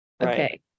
okay